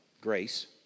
Grace